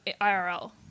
IRL